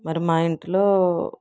మరి మా ఇంట్లో